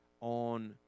on